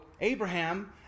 Abraham